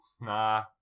Nah